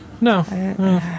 no